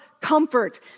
comfort